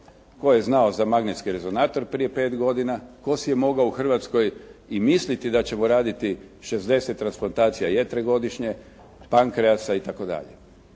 Tko je znao za magnetski rezonator prije 5 godina? Tko si je mogao u Hrvatskoj i misliti da ćemo raditi 60 transplantacija jetre godišnje, pankreasa i